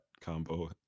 combo